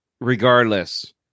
regardless